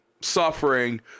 suffering